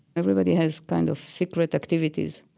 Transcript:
everybody has kind of secret activities.